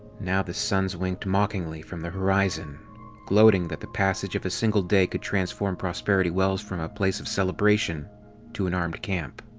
now the suns winked mockingly from the horizon gloating that the passage of a single day could transform prosperity wells from a place of celebration to an armed camp.